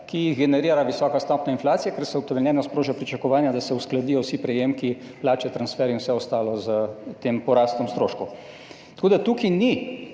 ki jih generira visoka stopnja inflacije, ker se utemeljeno sproža pričakovanja, da se uskladijo vsi prejemki, plače, transferji in vse ostalo s tem porastom stroškov. Tako da tukaj ni